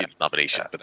nomination